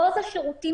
רוב השירותים